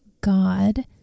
God